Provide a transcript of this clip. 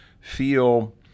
feel